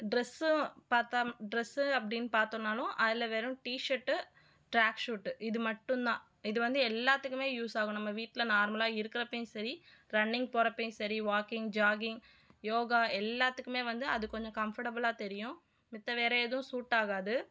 ட்ரெஸ்ஸும் பார்த்தா ட்ரெஸ்ஸு அப்படின்னு பார்த்தோம்னாலும் அதில் வெறும் டீஷர்ட்டு ட்ராக் ஷூட்டு இது மட்டும் தான் இது வந்து எல்லாத்துக்குமே யூஸ் ஆகும் நம்ம வீட்டில் நார்மலாக இருக்கிறப்பையும் சரி ரன்னிங் போகிறப்பையும் சரி வாக்கிங் ஜாகிங் யோகா எல்லாத்துக்குமே வந்து அது கொஞ்சம் கம்ஃபர்ட்டபிளாக தெரியும் மற்ற வேறு எதுவும் சூட் ஆகாது